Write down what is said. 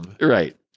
Right